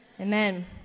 Amen